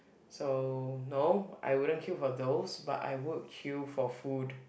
so no I wouldn't queue for those but I would queue for food